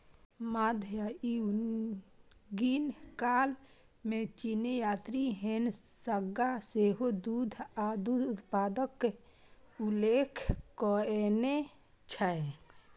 मध्ययुगीन काल मे चीनी यात्री ह्वेन सांग सेहो दूध आ दूध उत्पादक उल्लेख कयने छै